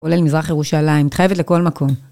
כולל מזרח ירושלים, את חייבת לכל מקום.